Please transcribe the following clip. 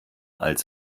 als